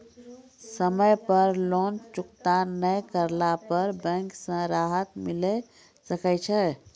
समय पर लोन चुकता नैय करला पर बैंक से राहत मिले सकय छै?